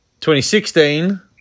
2016